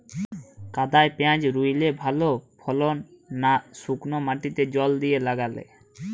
কাদায় পেঁয়াজ রুইলে ভালো ফলন না শুক্নো মাটিতে জল দিয়ে লাগালে?